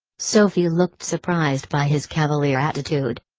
sophie looked surprised by his cavalier attitude.